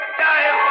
die